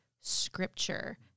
scripture